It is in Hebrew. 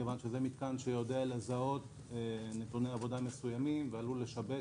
מכיוון שזה מתקן שיודע לזהות נתוני עבודה מסוימים ועלול לשבש